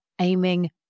aiming